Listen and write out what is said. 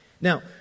Now